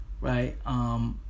right